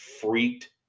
freaked